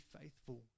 faithful